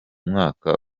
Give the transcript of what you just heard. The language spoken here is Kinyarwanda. mwaka